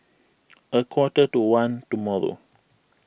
a quarter to one tomorrow